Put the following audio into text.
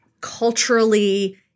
culturally